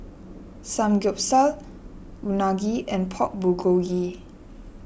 Samgyeopsal Unagi and Pork Bulgogi